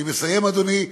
אני מסיים, אדוני.